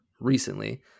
recently